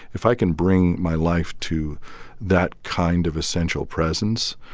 if i can bring my life to that kind of essential presence,